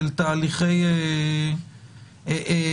של תהליכי גישור,